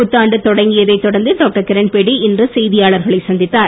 புத்தாண்டு தொடங்கியதை அடுத்து டாக்டர் கிரண்பேடி இன்று செய்தியாளர்களைச் சந்தித்தார்